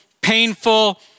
painful